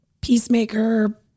peacemaker